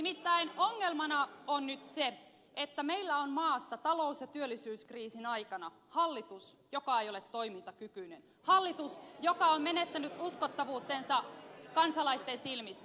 nimittäin ongelmana on nyt se että meillä on maassa talous ja työllisyyskriisin aikana hallitus joka ei ole toimintakykyinen hallitus joka on menettänyt uskottavuutensa kansalaisten silmissä